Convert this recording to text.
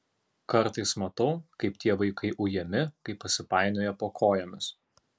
kartais matau kaip tie vaikai ujami kai pasipainioja po kojomis